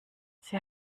sie